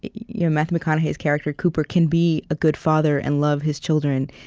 you know matthew mcconaughey's character, cooper, can be a good father and love his children,